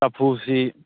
ꯆꯐꯨꯁꯤ